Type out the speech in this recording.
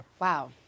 Wow